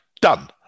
done